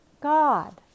God